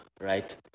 right